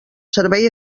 servei